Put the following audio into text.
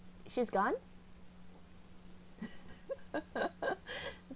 she's gone